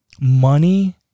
Money